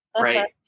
right